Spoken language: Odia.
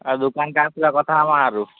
ଆଉ ଦୁକାନ୍କେ ଆସିଲେ କଥା ହେବା ଆରୁ